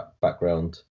background